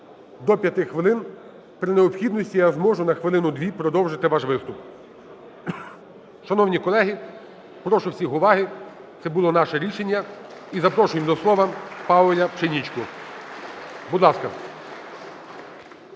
до 5 хвилин, при необхідності я зможу на хвилину-дві продовжити ваш виступ. Шановні колеги, прошу всіх уваги, це було наше рішення. І запрошуємо до слова ПауляПшенічку, будь ласка.